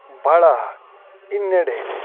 ಭಾಳ ಹಿನ್ನಡೆ ಇದೆ